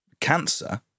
cancer